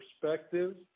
perspective